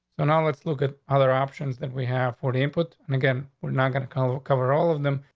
so now let's look at other options that we have for the input. and again, we're not going to kind of cover all of them.